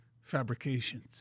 fabrications